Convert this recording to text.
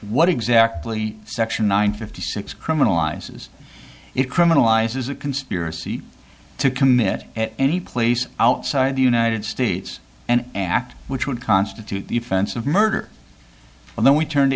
what exactly section nine fifty six criminalizes it criminalizes a conspiracy to commit any place outside the united states and act which would constitute the offense of murder and then we turned